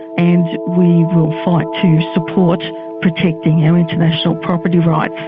and we will fight to support protecting our international property rights.